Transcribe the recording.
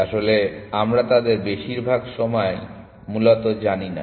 আসলে আমরা তাদের বেশিরভাগ সময়ই মূলত জানি না